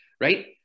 right